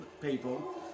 people